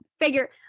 Figure